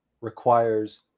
requires